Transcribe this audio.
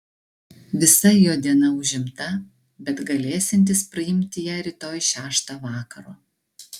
visa jo diena užimta bet galėsiantis priimti ją rytoj šeštą vakaro